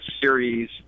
series